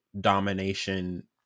domination